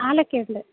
കാലൊക്കെ ഉണ്ട്